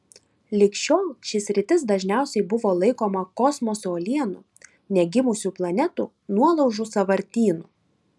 lig šiol ši sritis dažniausiai buvo laikoma kosmoso uolienų negimusių planetų nuolaužų sąvartynu